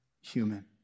human